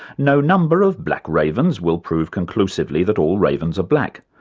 no number of black ravens will prove conclusively that all ravens are black,